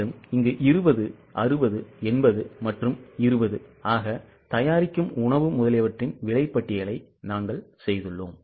எனவே 20 60 80 மற்றும் 20 ஆக தயாரிக்கும் உணவு முதலியவற்றின் விலை பட்டியலை நாங்கள் செய்துள்ளோம்